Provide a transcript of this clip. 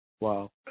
Wow